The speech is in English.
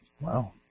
Wow